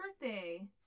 birthday